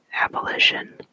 abolition